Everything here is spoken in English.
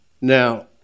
Now